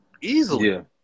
Easily